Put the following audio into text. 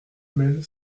mêle